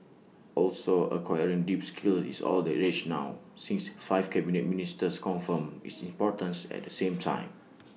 also acquiring deep skills is all the rage now since five Cabinet Ministers confirmed its importance at the same time